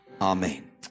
amen